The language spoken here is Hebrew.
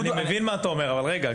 אני מבין מה אתה אומר, אבל רגע.